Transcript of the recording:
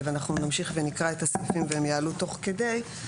ואנחנו נמשיך ונקרא את הסעיפים והם יעלו תוך כדי.